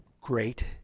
great